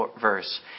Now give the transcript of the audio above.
verse